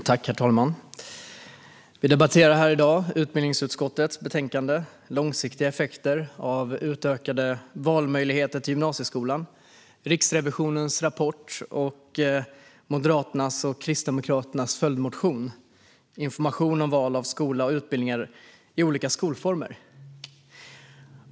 Herr talman! Vi debatterar här i dag utbildningsutskottets betänkande Långsiktiga effekter av utökade valmöjligheter till gymnasieskolan , Riksrevisionens rapport samt Moderaternas och Kristdemokraternas följdmotion gällande information om val av skola och utbildningar i olika skolformer.